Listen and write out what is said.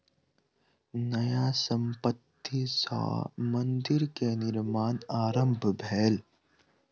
न्यास संपत्ति सॅ मंदिर के निर्माण आरम्भ भेल